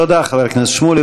תודה, חבר הכנסת שמולי.